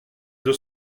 deux